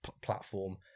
platform